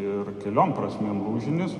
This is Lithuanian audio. ir keliom prasmėm lūžinis